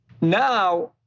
Now